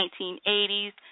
1980s